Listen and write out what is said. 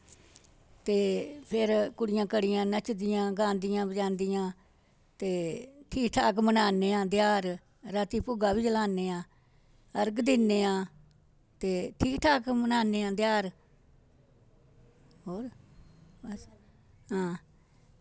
ते फिर कुड़ियां कड़ियां नचदियां गांदियां बजांदियां ते ठीक ठाक मनान्ने आं तेहार रातीं भुग्गा गी जलान्ने आं अर्ग दिन्ने आं ते ठीक ठाक मनान्ने आं तेहार हां